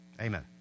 Amen